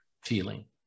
feeling